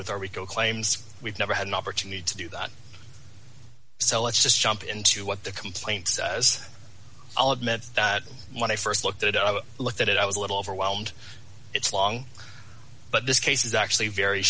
with our rico claims we've never had an opportunity to do that so let's just jump into what the complaint says i'll admit when i st looked at it i looked at it i was a little overwhelmed it's long but this case is actually very